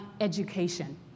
education